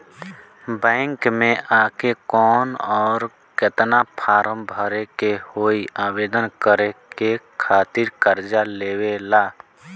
Bank मे आ के कौन और केतना फारम भरे के होयी आवेदन करे के खातिर कर्जा लेवे ला?